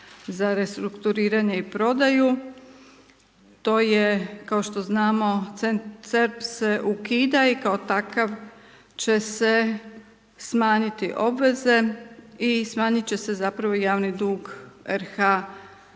za restrukturiranje i prodaju. To je kao što znamo …/Govornik se ne razumije./… se ukida i kao takav će se smanjiti obveze i smanjiti će se zapravo javni dug RH i